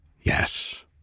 Yes